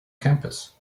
campus